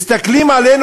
מסתכלים עלינו